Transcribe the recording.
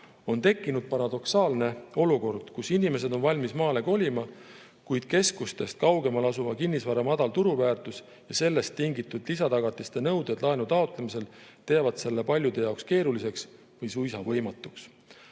On tekkinud paradoksaalne olukord, kus inimesed on valmis maale kolima, kuid keskustest kaugemal asuva kinnisvara madal turuväärtus ja sellest tingitud lisatagatiste nõuded laenu taotlemisel teevad selle paljude jaoks keeruliseks või suisa võimatuks.